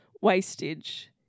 wastage